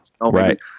Right